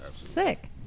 Sick